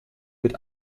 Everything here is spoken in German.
mit